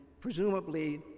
presumably